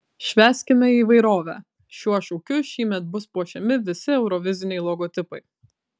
švęskime įvairovę šiuo šūkiu šįmet bus puošiami visi euroviziniai logotipai